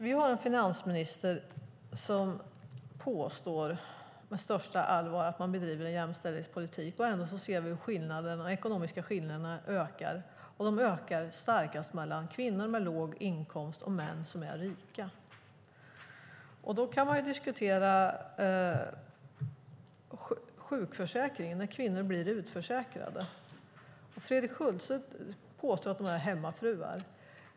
Vi har en finansminister som på största allvar påstår att man bedriver en jämställdhetspolitik, och ändå ser vi hur de ekonomiska skillnaderna ökar - och ökar starkast mellan kvinnor med låg inkomst och män som är rika. Då kan man diskutera sjukförsäkringen, när kvinnor blir utförsäkrade. Fredrik Schulte påstår att de är hemmafruar.